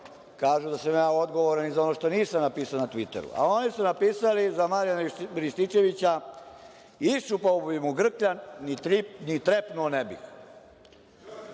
Kažu da sam ja odgovoran i za ono što nisam napisao na „Tviteru“, a oni su napisali za Marijana Rističevića: „Iščupao bih mu grkljan, ni trepnuo ne bih.“